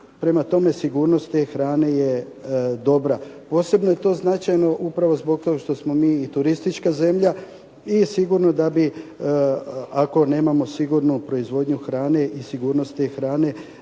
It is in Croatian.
Prema tome, sigurnost te hrane je dobra. Posebno je to značajno upravo zbog toga što smo mi i turistička zemlja i sigurno da bi ako nemamo sigurnu proizvodnju hrane i sigurnost te hrane